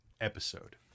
episode